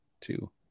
two